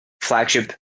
flagship